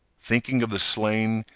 thinking of the slain,